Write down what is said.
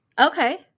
Okay